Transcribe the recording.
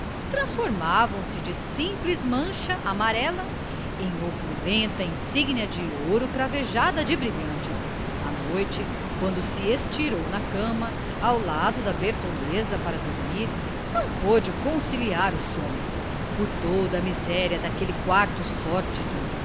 freguês transformava-se de simples mancha amarela em opulenta insígnia de ouro cravejada de brilhantes à noite quando se estirou na cama ao lado da bertoleza para dormir não pôde conciliar o sono por toda a miséria daquele quarto sórdido